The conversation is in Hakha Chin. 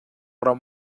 ram